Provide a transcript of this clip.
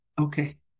Okay